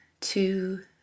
two